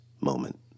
moment